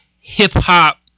hip-hop